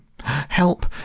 Help